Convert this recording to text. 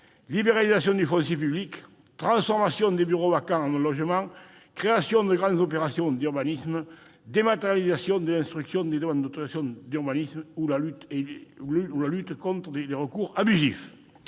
libération du foncier public, transformation des bureaux vacants en logements, création de grandes opérations d'urbanisme, dématérialisation de l'instruction des demandes d'autorisation d'urbanisme et lutte contre les recours abusifs.